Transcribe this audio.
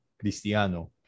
Cristiano